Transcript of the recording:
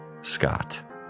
Scott